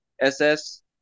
SS